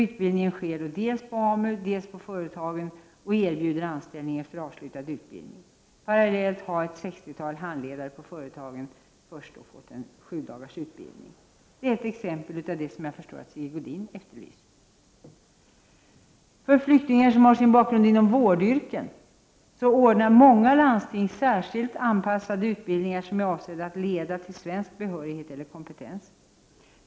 Utbildningen sker dels på AMU, dels på företagen, som sedan erbjuder anställning efter avslutad utbildning. Dessförinnan hade ett sextiotal handledare på företagen fått en sjudagarsutbildning. Detta är ett exempel på det som jag förstår att Sigge Godin efterlyser. För flyktingar som har sin bakgrund inom vårdyrken ordnar många landsting särskilt anpassade utbildningar som är avsedda att leda till svensk behörighet eller kompetens.